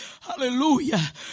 Hallelujah